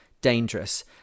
dangerous